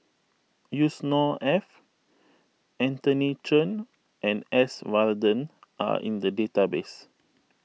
Yusnor Ef Anthony Chen and S Varathan are in the database